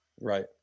Right